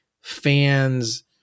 fans